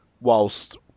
Whilst